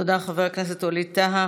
תודה רבה, חבר הכנסת ווליד טאהא.